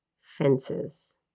Fences